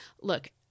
Look